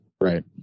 Right